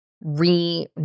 re